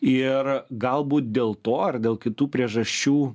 ir galbūt dėl to ar dėl kitų priežasčių